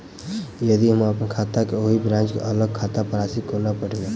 यदि हम अप्पन खाता सँ ओही ब्रांच केँ अलग खाता पर राशि कोना पठेबै?